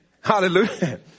Hallelujah